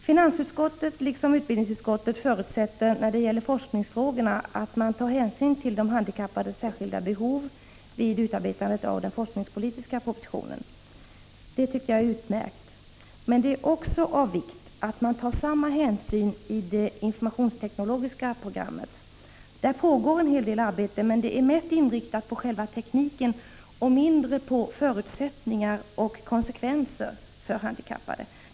Finansutskottet, liksom utbildningsutskottet, förutsätter när det gäller forskningsfrågorna att man tar hänsyn till de handikappades särskilda behov vid utarbetandet av den forskningspolitiska propositionen. Jag tycker att detta är utmärkt. Men det är också av vikt att man tar samma hänsyn i det informationsteknologiska programmet. Där pågår en hel del arbete, men det är mest inriktat på själva tekniken och mindre på förutsättningar och konsekvenser för handikappade.